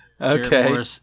Okay